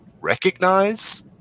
recognize